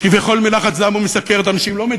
כביכול, מלחץ דם ומסוכרת אנשים לא מתים.